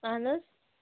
اَہَن حظ